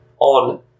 on